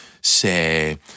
say